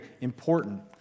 important